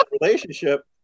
relationship